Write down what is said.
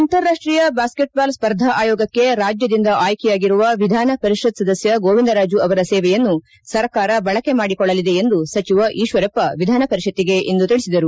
ಅಂತಾರಾಷ್ಟೀಯ basketball ಸ್ಪರ್ಧಾ ಆಯೋಗಕ್ಕೆ ರಾಜ್ಯದಿಂದ ಆಯ್ಕೆಯಾಗಿರುವ ವಿಧಾನ ಪರಿಷತ್ ಸದಸ್ಯ ಗೋವಿಂದರಾಜು ಅವರ ಸೇವೆಯನ್ನು ಸರ್ಕಾರ ಬಳಕೆ ಮಾಡಿಕೊಳ್ಳಲಿದೆ ಎಂದು ಸಚಿವ ಈಶ್ವರಪ್ಪ ವಿಧಾನ ಪರಿಷತ್ತಿಗೆ ಇಂದು ತಿಳಿಸಿದರು